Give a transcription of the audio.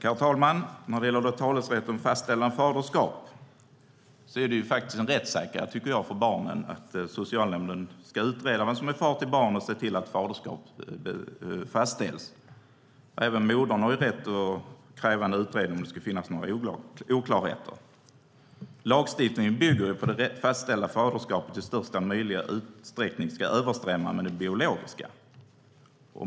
Herr talman! När det gäller talerätt om fastställande av faderskap tycker jag att det är en rättssäkerhet för barnen att socialnämnden ska utreda vem som är far till barnet och se till att faderskapet fastställs. Även modern har rätt att kräva en utredning om det skulle finnas några oklarheter. Lagstiftningen bygger på att det fastställda faderskapet i största möjliga utsträckning ska överensstämma med det biologiska.